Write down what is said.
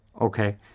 Okay